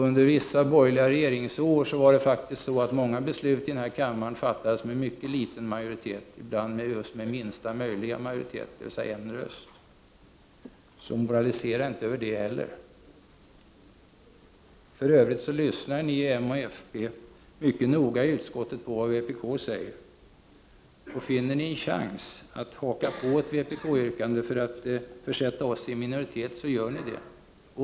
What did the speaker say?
Under vissa borgerliga regeringsår fattades faktiskt många beslut iden här kammaren med mycket liten majoritet, ibland med just minsta möjliga majoritet, dvs. en röst. Så moralisera inte över det heller! För övrigt lyssnar ni i moderaterna och folkpartisterna i utskottet mycket noga på vad vpk-arna säger. Och finner ni en chans att haka på ett vpk-yrkande för att försätta oss i minoritet, så gör ni det.